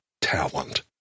talent